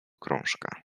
krążka